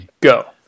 Go